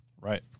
Right